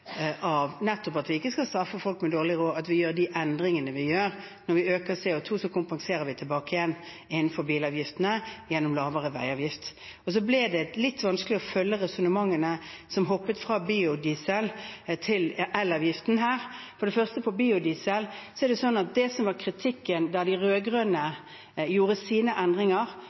at vi ikke skal straffe folk med dårlig råd, at vi gjør de endringene vi gjør. Når vi øker CO2, kompenserer vi tilbake igjen innenfor bilavgiftene gjennom lavere veiavgift. Så ble det litt vanskelig å følge resonnementene her, som hoppet fra biodiesel til elavgiften. For det første til biodiesel: Det som var kritikken da de rød-grønne gjorde sine endringer,